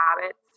habits